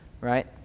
right